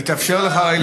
אדוני, יתאפשר לך לענות.